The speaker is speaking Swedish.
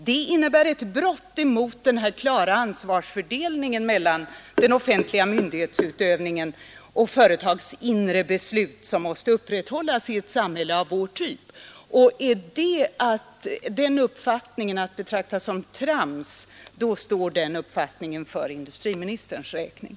Det innebär ett brott emot den klara ansvarsfördelningen mellan den offentliga myndighetsutövningen och företagens inre beslut, som måste upprätthållas i ett samhälle av vår typ. Att en sådan principiell syn skulle vara trams är en uppfattning som får stå för industriministerns räkning.